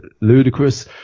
ludicrous